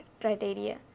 criteria